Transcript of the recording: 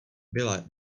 byla